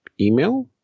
email